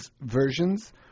versions